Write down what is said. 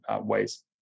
ways